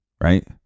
right